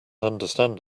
understand